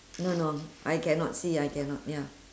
no no I cannot see I cannot ya